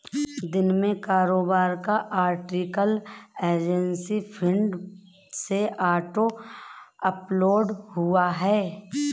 दिन में कारोबार का आर्टिकल एजेंसी फीड से ऑटो अपलोड हुआ है